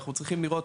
אנחנו צריכים לראות,